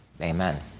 Amen